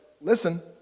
listen